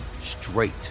straight